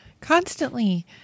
constantly